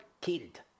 killed